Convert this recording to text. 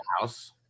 house